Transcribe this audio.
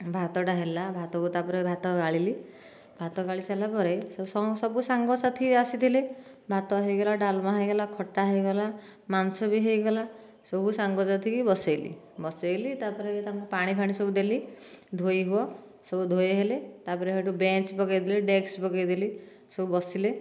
ଭାତ ଟା ହେଲା ଭାତ ତାପରେ ଭାତ ଗାଳିଲି ଭାତ ଗାଳି ସାରିଲା ପରେ ସେ ସବୁ ସାଙ୍ଗ ସାଥି ଆସିଥିଲେ ଭାତ ହୋଇଗଲା ଡାଲମା ହୋଇଗଲା ଖଟା ହୋଇଗଲା ମାଂସ ବି ହୋଇଗଲା ସବୁ ସାଙ୍ଗ ସାଥୀଙ୍କୁ ବସାଇଲି ବସାଇଲି ତାପରେ ତାଙ୍କୁ ପାଣି ଫାଣୀ ସବୁ ଦେଲି ଧୋଇ ହୁଅ ସବୁ ଧୋଇ ହେଲେ ତାପରେ ସେଇଠୁ ବେଞ୍ଚ ପକାଇଲି ଡେସ୍କ ପକେଇଦେଲି ସବୁ ବସିଲେ